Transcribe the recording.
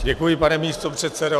Děkuji, pane místopředsedo.